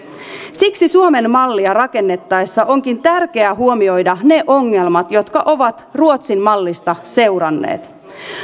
siksi suomen mallia rakennettaessa onkin tärkeää huomioida ne ongelmat jotka ovat ruotsin mallista seuranneet